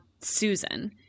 Susan